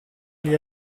gli